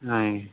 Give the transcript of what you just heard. ఆయి